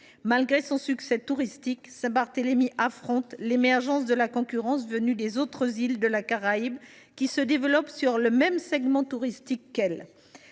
Malgré son succès touristique, Saint Barthélemy affronte l’émergence de la concurrence venue des autres îles de la Caraïbe, qui se développent sur le même segment touristique.